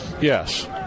Yes